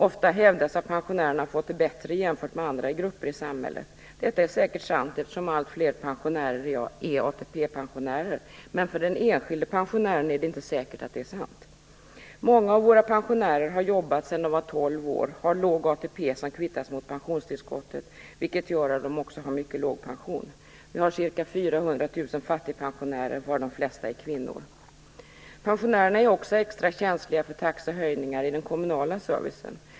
Ofta hävdas att pensionärerna har fått det bättre jämfört med andra grupper i samhället. Detta är säkert sant, eftersom allt fler är ATP-pensionärer, men för den enskilde pensionären är det inte säkert att det är sant. Många av våra pensionärer har jobbat sedan de var 12 år och har låg ATP som kvittas mot pensionstillskottet, vilket gör att de har mycket låg pension. Vi har ca 400 000 "fattigpensionärer", varav de flesta är kvinnor. Pensionärerna är också extra känsliga för taxehöjningar i den kommunala servicen.